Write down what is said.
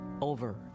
over